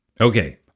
Okay